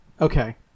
Okay